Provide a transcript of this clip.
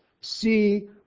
See